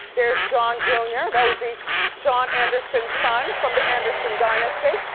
there's john jr. that would be john anderson's son from the anderson dynasty.